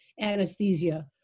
anesthesia